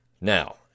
Now